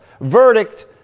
verdict